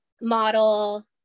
model